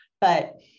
but-